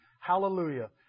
Hallelujah